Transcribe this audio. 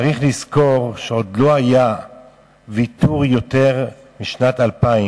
צריך לזכור שעוד לא היה ויתור גדול יותר מבשנת 2000,